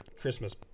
Christmas